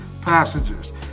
passengers